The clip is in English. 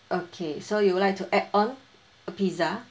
okay so you would like to add on a pizza